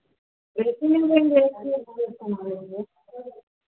में लेंगे किलो सोना लेंगे